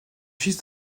fils